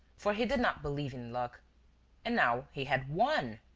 for he did not believe in luck and now he had won!